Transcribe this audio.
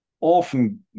often